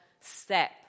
step